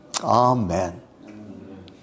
Amen